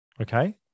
Okay